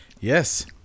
Yes